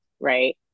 right